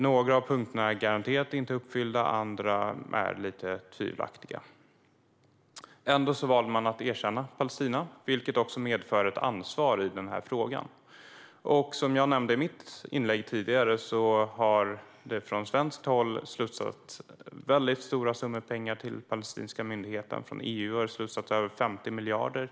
Något av kraven är garanterat inte uppfyllt, när det gäller andra är det lite tvivelaktigt. Ändå valde man att erkänna Palestina, vilket medför ett ansvar i den här frågan. Som jag nämnde i mitt anförande tidigare har det från svenskt håll slussats väldigt stora summor pengar till den palestinska myndigheten, från EU över 50 miljarder.